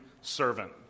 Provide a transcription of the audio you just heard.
servant